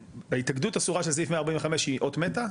בהתאגדות אסורה של סעיף 145 היא אות מתה?